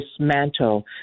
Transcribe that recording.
dismantle